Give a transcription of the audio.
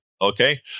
okay